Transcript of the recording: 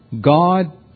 God